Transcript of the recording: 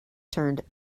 turned